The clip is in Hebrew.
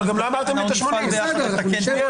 ה-80,000.